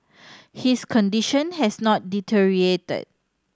his condition has not deteriorated